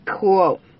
Cool